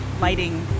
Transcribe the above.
lighting